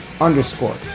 underscore